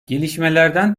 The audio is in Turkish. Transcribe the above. gelişmelerden